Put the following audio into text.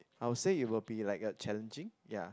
I would say it will be like a challenging ya